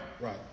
Right